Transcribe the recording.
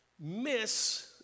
Miss